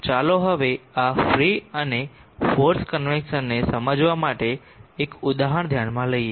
ચાલો હવે આ ફ્રી અને ફોર્સ્ડ કન્વેકસન ને સમજવા માટે એક ઉદાહરણ ધ્યાનમાં લઈએ